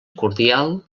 cordial